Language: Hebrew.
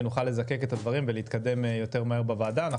שנוכל לזקק את הדברים ולהתקדם יותר מהר בוועדה.